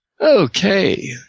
Okay